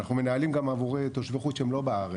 אנחנו מנהלים גם עבורי תושבי חוץ שהם לא בארץ,